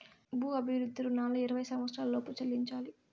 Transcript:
భూ అభివృద్ధి రుణాలు ఇరవై సంవచ్చరాల లోపు చెల్లించాలి